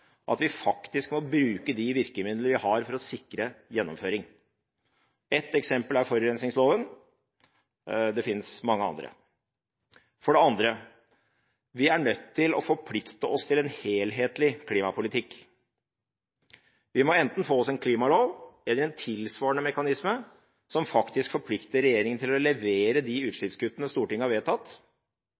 at vi faktisk må bruke de virkemidlene vi har for å sikre gjennomføring. Et eksempel er forurensingsloven. Det finnes mange andre. For det andre: Vi er nødt til å forplikte oss til en helhetlig klimapolitikk. Vi må enten få oss en klimalov, eller en tilsvarende mekanisme som faktisk forplikter regjeringen til å levere de utslippskuttene Stortinget har vedtatt.